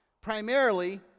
primarily